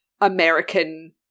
American